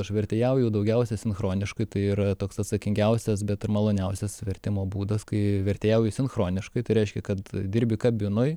aš vertėjauju daugiausia sinchroniškai tai yra toks atsakingiausias bet ir maloniausias vertimo būdas kai vertėjauji sinchroniškai tai reiškia kad dirbi kabinoj